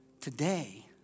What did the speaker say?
today